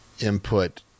input